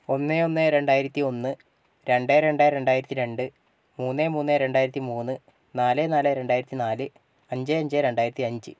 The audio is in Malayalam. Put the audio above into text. ഒന്ന് ഒന്ന് രണ്ടായിരത്തിയൊന്ന് രണ്ട് രണ്ട് രണ്ടായിരത്തി രണ്ട് മൂന്ന് മൂന്ന് രണ്ടായിരത്തി മൂന്ന് നാല് നാല് രണ്ടായിരത്തി നാല് അഞ്ച് അഞ്ച് രണ്ടായിരത്തിയഞ്ച്